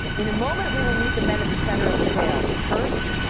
in a moment we will meet the men at the center of the tale. but first,